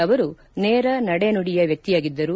ಅವರು ನೇರ ನಡೆ ನುಡಿಯ ವ್ಯಕ್ತಿಯಾಗಿದ್ದರು